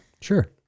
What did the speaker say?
Sure